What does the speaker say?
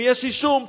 אם יש אישום,